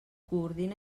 coordina